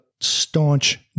staunch